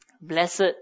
Blessed